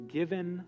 given